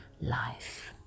life